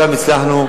הצלחנו,